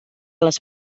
les